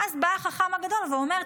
ואז בא החכם הגדול ואומר,